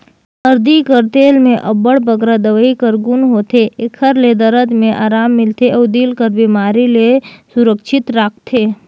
हरदी कर तेल में अब्बड़ बगरा दवई कर गुन होथे, एकर ले दरद में अराम मिलथे अउ दिल कर बेमारी ले सुरक्छित राखथे